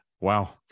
wow